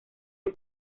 del